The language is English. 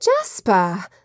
Jasper